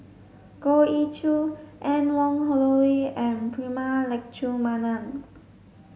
Goh Ee Choo Anne Wong Holloway and Prema Letchumanan